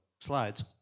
slides